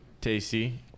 tasty